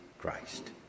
Christ